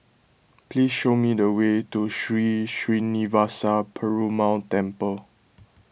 please show me the way to Sri Srinivasa Perumal Temple